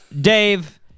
Dave